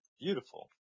Beautiful